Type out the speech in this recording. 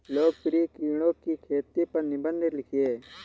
लोकप्रिय कीड़ों की खेती पर निबंध लिखिए